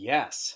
Yes